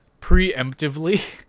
preemptively